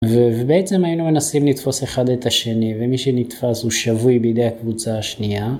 ובעצם היינו מנסים לתפוס אחד את השני ומי שנתפס הוא שבוי בידי הקבוצה השנייה.